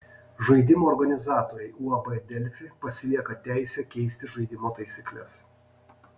žaidimo organizatoriai uab delfi pasilieka teisę keisti žaidimo taisykles